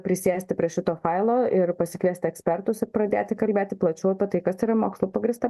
prisėsti prie šito failo ir pasikviesti ekspertus pradėti kalbėti plačiau apie tai kas yra mokslu pagrįsta